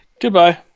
Goodbye